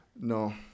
No